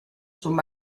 sul